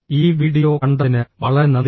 ഈ വീഡിയോ കണ്ടതിന് വളരെ നന്ദി